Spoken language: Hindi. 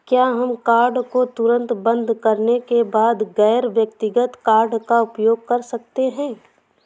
क्या हम कार्ड को तुरंत बंद करने के बाद गैर व्यक्तिगत कार्ड का उपयोग कर सकते हैं?